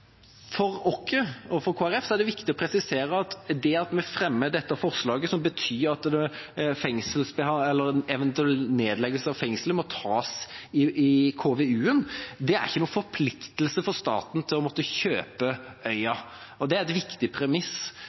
For oss i Kristelig Folkeparti er det viktig å presisere at det at vi fremmer dette forslaget, som betyr at en eventuell nedleggelse av fengselet må tas i konseptvalgutredningen, ikke er noen forpliktelse for staten til å måtte kjøpe øya. Det er et viktig premiss.